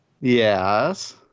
Yes